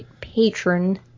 patron